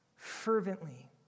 fervently